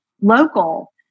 local